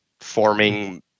forming